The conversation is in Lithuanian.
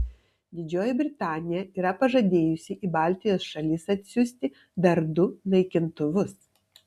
didžioji britanija yra pažadėjusi į baltijos šalis atsiųsti dar du naikintuvus